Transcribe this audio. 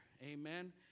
amen